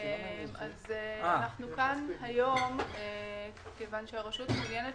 אנחנו כאן היום כי הרשות מעוניינת